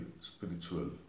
spiritual